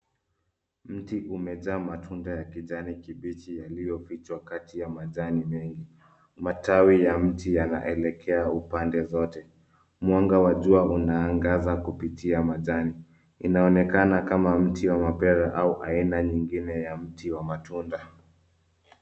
Mti umejaa matunda ya kijani kibichi yaliyofichwa kati ya majani mengi, matawi ya mti yanaelekea upande zote, mwanga wa jua unaangaza kupita ya majani, inaonekana kama mti wa mapera au aina nyingine ya mti wa matunda.